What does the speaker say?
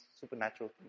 Supernatural